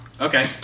Okay